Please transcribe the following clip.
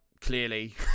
Clearly